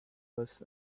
was